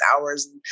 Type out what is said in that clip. hours